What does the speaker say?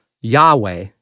Yahweh